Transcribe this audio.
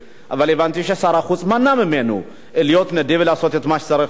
אבל הבנתי ששר החוץ מנע ממנו להיות נדיב ולעשות את מה שצריך לעשות.